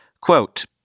Quote